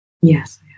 yes